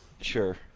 sure